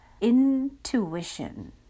intuition